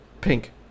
pink